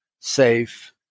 safe